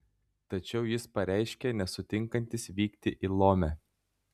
tačiau jis pareiškė nesutinkantis vykti į lomę